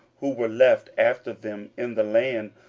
who were left after them in the land,